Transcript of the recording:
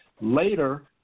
Later